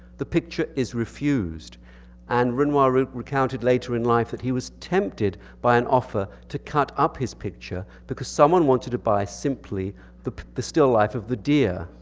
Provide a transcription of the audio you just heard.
the picture is refused and renoir recounted later in life that he was tempted by an offer to cut up his picture because someone wanted to buy simply the the still life of the deer.